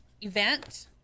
event